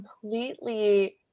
completely